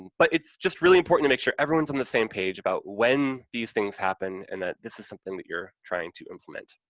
but it's just really important to make sure everyone's on the same page about when these things happen and that this is something that you're trying to implement.